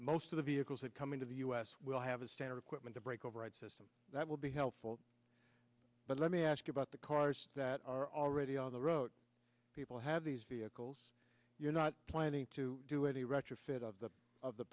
most of the vehicles that come into the u s will have a standard equipment a brake override system that will be helpful but let me ask you about the cars that are already on the road people have these vehicles you're not planning to do any retrofit of the of the